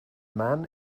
man